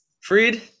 Freed